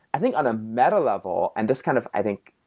i think on a meta level, and this kind of, i think,